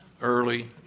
early